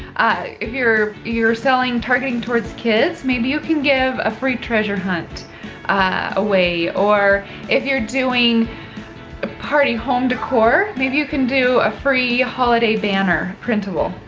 if you're you're selling, targeting towards kids, maybe you can give a free treasure hunt away. or if you're doing ah party home decor, maybe you can do a free holiday banner printable.